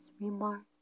remarks